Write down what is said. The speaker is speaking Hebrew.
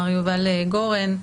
מר יובל גורן,